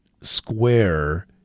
square